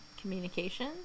communication